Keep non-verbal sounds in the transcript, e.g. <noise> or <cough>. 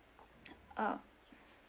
<breath> um